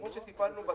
הקראנו את